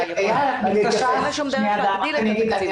אין לו שום דרך להגדיל את התקציב הזה.